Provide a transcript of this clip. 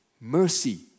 mercy